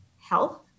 health